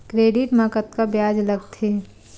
Credit मा कतका ब्याज लगथे?